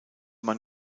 man